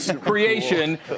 creation